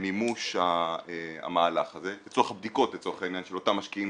למימוש המהלך הזה לצורך בדיקות של אותם משקיעים